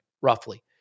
roughly